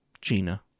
gina